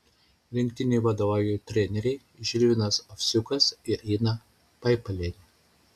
rinktinei vadovauja treneriai žilvinas ovsiukas ir ina paipalienė